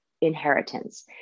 Inheritance